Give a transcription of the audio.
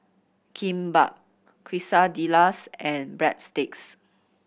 Kimbap Quesadillas and Breadsticks